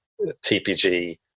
TPG